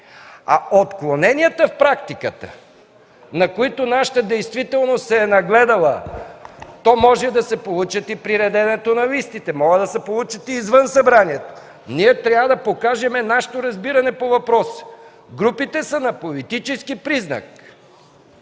А отклоненията в практиката, на които нашата действителност се е нагледала – те може да се получат при реденето на листите, може да се получат и извън Събранието, но ние трябва да покажем нашето разбиране по въпроса. Групите са на политически признак